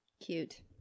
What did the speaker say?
Cute